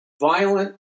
violent